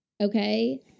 okay